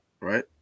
right